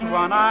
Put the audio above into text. one